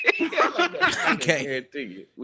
Okay